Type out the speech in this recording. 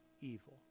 evil